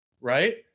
right